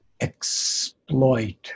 exploit